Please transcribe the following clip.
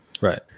Right